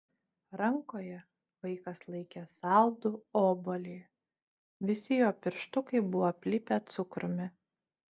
rankoje vaikas laikė saldų obuolį visi jo pirštukai buvo aplipę cukrumi